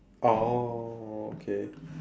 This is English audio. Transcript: oh okay